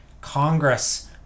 Congress